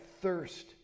thirst